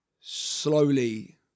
slowly